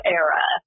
era